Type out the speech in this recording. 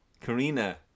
Karina